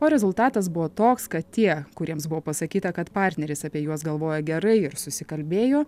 o rezultatas buvo toks kad tie kuriems buvo pasakyta kad partneris apie juos galvoja gerai susikalbėjo